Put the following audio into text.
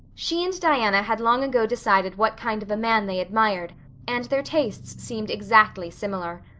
she and diana had long ago decided what kind of a man they admired and their tastes seemed exactly similar.